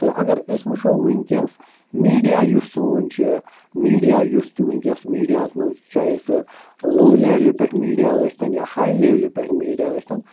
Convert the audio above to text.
تہٕ اگر أسۍ وُچھو وُنکٮ۪س میٖڈیا یُس سون چھُ میٖڈیا یُس تہِ وُنکٮ۪س میٖڈیاہَس مَنٛز چاہے سُہ لوٚو لیٚولہِ پٮ۪ٹھ میٖڈیا ٲسۍتَن یا ہاے لیٚولہِ پٮ۪ٹھ میٖڈیا ٲسۍتَن